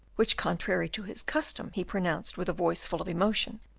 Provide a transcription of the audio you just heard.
which contrary to his custom, he pronounced with a voice full of emotion,